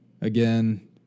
Again